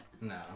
no